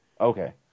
Okay